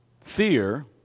fear